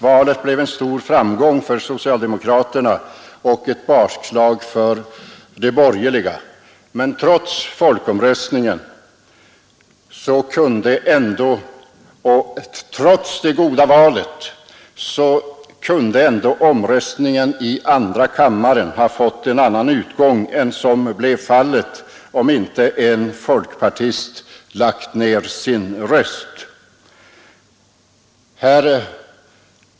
Valet blev en stor framgång för socialdemokraterna och ett bakslag för de borgerliga. Men trots folkomröstningen och det goda valet kunde ändå omröstningen i andra kammaren ha fått en annan utgång än vad som blev fallet om inte en folkpartist lagt ned sin röst.